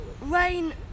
rain